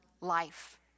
life